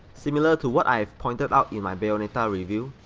similar to what i've pointed out in my bayonetta review,